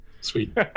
Sweet